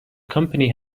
company